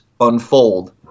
unfold